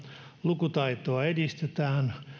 lukutaitoa edistetään